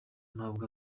ntabwo